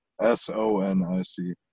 S-O-N-I-C